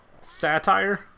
satire